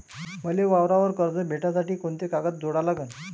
मले वावरावर कर्ज भेटासाठी कोंते कागद जोडा लागन?